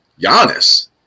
Giannis